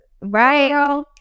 right